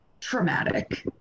traumatic